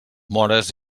móres